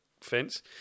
fence